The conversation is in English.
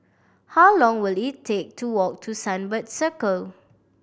how long will it take to walk to Sunbird Circle